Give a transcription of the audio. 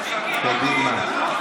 אל תגיד לי תירגע.